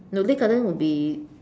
no Lei garden would be